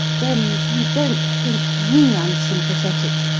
then you don't think me unsympathetic?